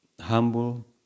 Humble